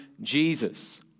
Jesus